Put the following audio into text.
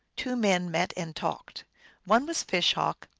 two men met and talked one was fish-hawk,